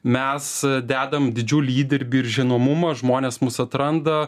mes dedam didžiulį įdirbį ir žinomumą žmonės mus atranda